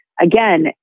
again